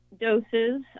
doses